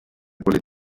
quelle